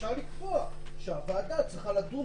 אפשר לקבוע שהוועדה צריכה לדון